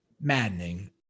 Maddening